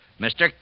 Mr